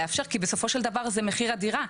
כי בסופו של דבר זה מחיר הדירה,